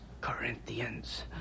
Corinthians